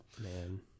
Man